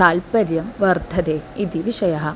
तात्पर्यं वर्धते इति विषयः